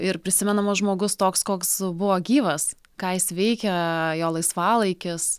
ir prisimenamas žmogus toks koks buvo gyvas ką jis veikė jo laisvalaikis